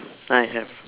I have